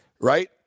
right